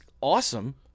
awesome